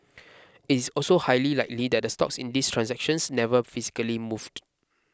it is also highly likely that the stocks in these transactions never physically moved